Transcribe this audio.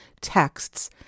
texts